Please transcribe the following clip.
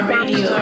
Radio